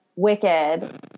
Wicked